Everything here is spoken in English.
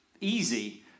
easy